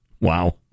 Wow